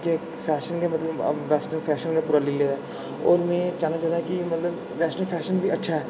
fashion मतलब western fashion गै पूरा लेई लेदा पर में चाह्ना थोह्ड़ा कि वैस्ट्रन फैशन बी अच्छा ऐ